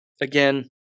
Again